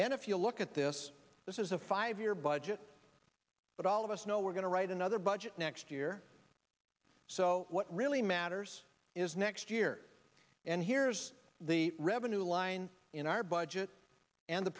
and if you look at this this is a five year budget but all of us know we're going to write another budget next year so what really matters is next year and here's the revenue line in our budget and the